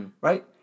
Right